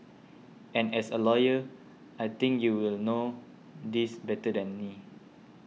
and as a lawyer I think you will know this better than me